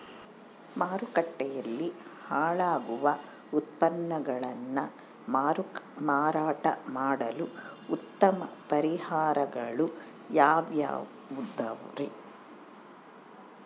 ಮಾರುಕಟ್ಟೆಯಲ್ಲಿ ಹಾಳಾಗುವ ಉತ್ಪನ್ನಗಳನ್ನ ಮಾರಾಟ ಮಾಡಲು ಉತ್ತಮ ಪರಿಹಾರಗಳು ಯಾವ್ಯಾವುರಿ?